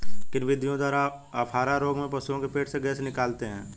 किन विधियों द्वारा अफारा रोग में पशुओं के पेट से गैस निकालते हैं?